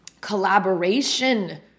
collaboration